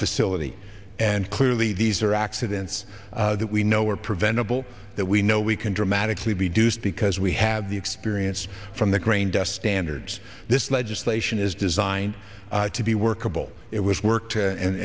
facility and clearly these are accidents that we know are preventable that we know we can dramatically reduce because we have the experience from the grain dust standards this legislation is designed to be workable it was work